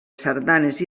sardanes